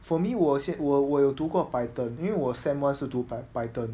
for me 我也是我我有读过 python 因为我 sem one 是读 python